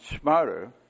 smarter